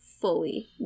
fully